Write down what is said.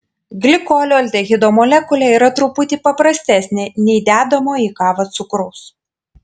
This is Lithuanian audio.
glikolio aldehido molekulė yra truputį paprastesnė nei dedamo į kavą cukraus